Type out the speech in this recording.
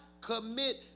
commit